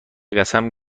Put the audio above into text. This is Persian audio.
قسم